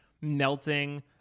melting